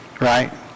Right